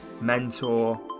mentor